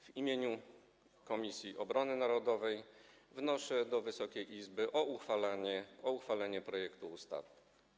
W imieniu Komisji Obrony Narodowej wnoszę do Wysokiej Izby o uchwalenie projektu ustawy.